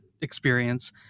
experience